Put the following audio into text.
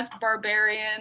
barbarian